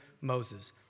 Moses